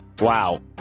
wow